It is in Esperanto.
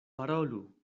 parolu